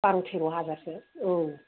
बार' तेर' हाजारसो औ